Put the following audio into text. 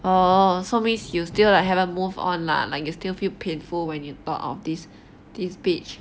orh so means you still like haven't move on lah like you still feel painful when you thought of this this bitch